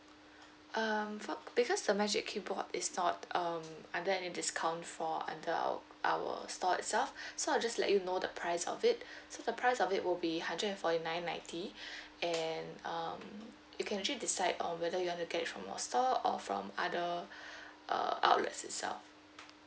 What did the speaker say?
um for because the magic keyboard is not um under any discount for under our our store itself so I just let you know the price of it so the price of it will be hundred and forty nine ninety and um you can actually decide on whether you want to get it from your store or from other uh outlets itself